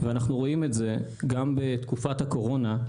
ואנחנו רואים את זה גם בתקופת הקורונה,